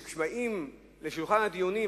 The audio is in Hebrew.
כשבאים לשולחן הדיונים,